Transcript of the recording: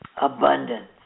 abundance